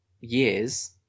years